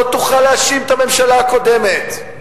לא תוכל להאשים את הממשלה הקודמת,